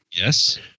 Yes